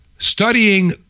Studying